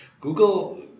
Google